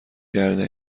کرده